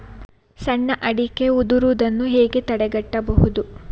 ಸಣ್ಣ ಅಡಿಕೆ ಉದುರುದನ್ನು ಹೇಗೆ ತಡೆಗಟ್ಟಬಹುದು?